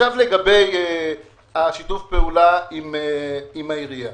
לגבי שיתוף הפעולה עם העירייה,